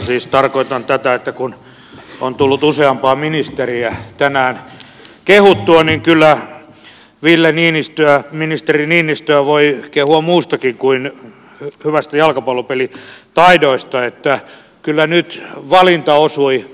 siis tarkoitan tätä että kun on tullut useampaa ministeriä tänään kehuttua niin kyllä ville niinistöä ministeri niinistöä voi kehua muustakin kuin hyvistä jalkapallopelitaidoista niin että kyllä nyt valinta osui oikeaan